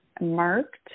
marked